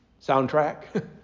soundtrack